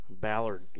Ballard